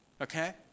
Okay